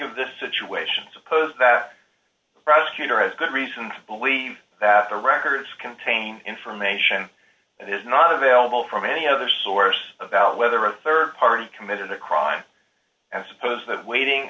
of the situation suppose that prosecutor has good reason to believe that the records contain information that is not available from any other source about whether a rd party committed the crime and suppose that waiting